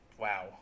wow